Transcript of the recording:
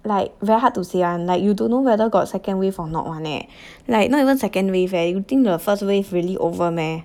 like very hard to say [one] like you don't know whether got second wave or not [one] leh like not even second wave eh you think the first wave really over meh